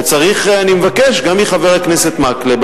אני מבקש גם מחבר הכנסת מקלב,